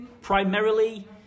primarily